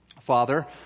Father